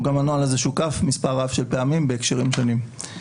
הנוהל הזה שוקף מספר רב של פעמים בהקשרים שונים.